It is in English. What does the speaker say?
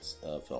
film